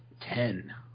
ten